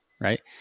Right